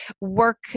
work